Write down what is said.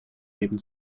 leben